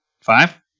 Five